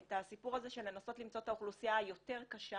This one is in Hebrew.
את הסיפור הזה של לנסות למצוא את האוכלוסייה היותר קשה